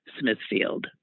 Smithfield